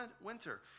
winter